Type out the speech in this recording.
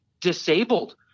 disabled